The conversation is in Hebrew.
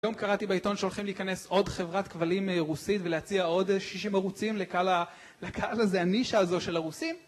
היום קראתי בעיתון שהולכים להיכנס עוד חברת כבלים רוסית ולהציע עוד 60 ערוצים לקהל הזה, הנישה הזו של הרוסים